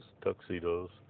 tuxedos